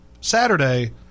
Saturday